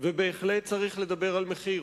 ובהחלט צריך לדבר על מחיר.